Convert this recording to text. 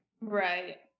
Right